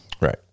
right